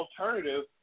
alternative